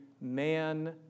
man